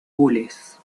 gules